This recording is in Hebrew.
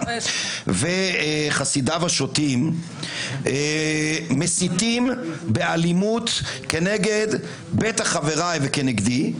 וחסידיו השוטים מסיתים באלימות בטח כנגד חבריי וכנגדי,